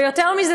ויותר מזה,